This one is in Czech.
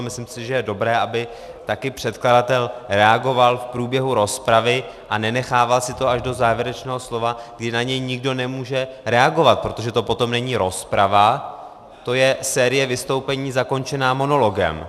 Myslím si, že je dobré, aby také předkladatel reagoval v průběhu rozpravy a nenechával si to až do závěrečného slova, kdy na něj nikdo nemůže reagovat, protože to potom není rozprava, to je série vystoupení zakončená monologem.